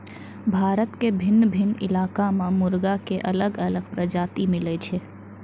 भारत के भिन्न भिन्न इलाका मॅ मुर्गा के अलग अलग प्रजाति मिलै छै